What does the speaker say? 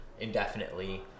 indefinitely